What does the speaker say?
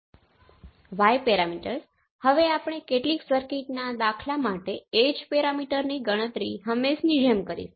આ લેશનમાં આપણે રેઝિસ્ટિવ નેટવર્ક્સ તરીકે ઓળખવામાં આવે છે